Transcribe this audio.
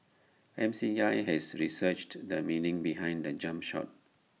M C I has researched the meaning behind the jump shot